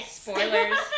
spoilers